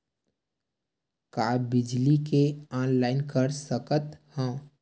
का बिजली के ऑनलाइन कर सकत हव?